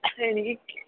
എനിക്ക്